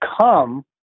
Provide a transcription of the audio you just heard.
come